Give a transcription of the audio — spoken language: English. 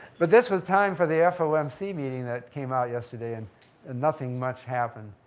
but this was timed for the fomc meeting that came out yesterday and and nothing much happened.